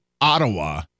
Ottawa